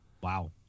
Wow